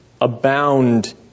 abound